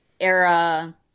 era